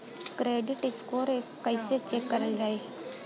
Credit score कइसे check करल जायी?